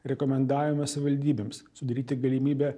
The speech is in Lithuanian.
rekomendavome savivaldybėms sudaryti galimybę